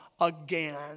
again